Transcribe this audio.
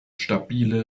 stabile